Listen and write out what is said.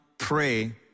pray